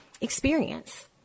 experience